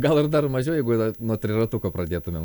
gal ir dar mažiau jeigu nuo triratuko pradėtumėm